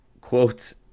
quotes